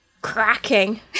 cracking